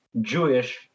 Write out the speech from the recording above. Jewish